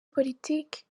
politiki